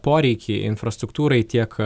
poreikį infrastruktūrai tiek